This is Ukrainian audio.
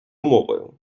мовою